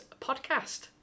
podcast